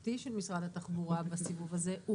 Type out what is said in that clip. התוספתי של משרד התחבורה בסיבוב הזה הוא